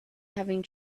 having